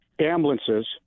ambulances